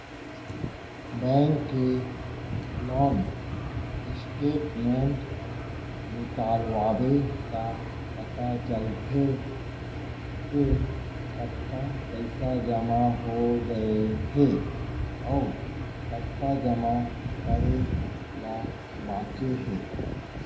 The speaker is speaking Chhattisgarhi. बेंक ले लोन स्टेटमेंट निकलवाबे त पता चलथे के कतका पइसा जमा हो गए हे अउ कतका जमा करे ल बांचे हे